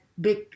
big